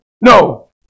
no